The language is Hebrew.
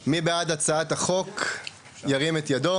מי בעד הצעת החוק ירים את ידו.